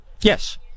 Yes